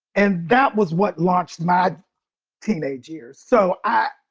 and that was what launched my teenage years. so i,